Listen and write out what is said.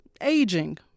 aging